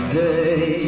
day